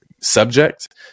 subject